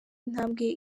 intambwe